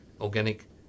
organic